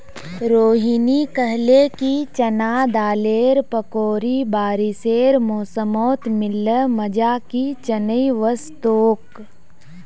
रोहिनी कहले कि चना दालेर पकौड़ी बारिशेर मौसमत मिल ल मजा कि चनई वस तोक